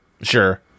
Sure